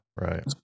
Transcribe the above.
Right